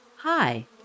Hi